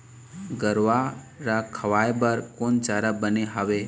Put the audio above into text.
गरवा रा खवाए बर कोन चारा बने हावे?